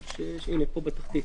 הינה, פה בתחתית.